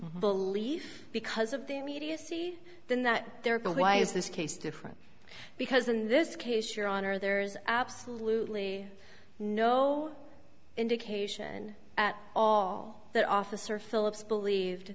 belief because of the immediacy then that there is the why is this case different because in this case your honor there's absolutely no indication at all that officer phillips believed